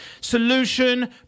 solution